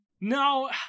No